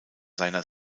seiner